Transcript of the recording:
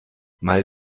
mal